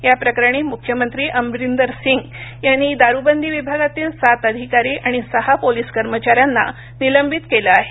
याप्रकरणी मुख्यमंत्री अमरिंदर सिंग यांनी दारुबंदी विभातील सात अधिकारी आणि सहा पोलीस कर्मचाऱ्यांना निलंबित केलं आहे